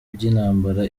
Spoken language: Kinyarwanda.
by’intambara